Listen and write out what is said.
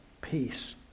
peace